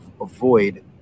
avoid